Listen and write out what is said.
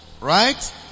Right